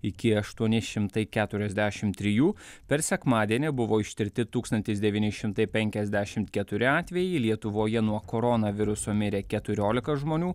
iki aštuoni šimtai keturiasdešim trijų per sekmadienį buvo ištirti tūkstantis devyni šimtai penkiasdešim keturi atvejai lietuvoje nuo koronaviruso mirė keturiolika žmonių